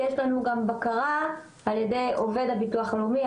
יש לנו גם בקרה על ידי עובד הביטוח הלאומי,